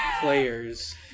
players